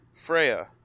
Freya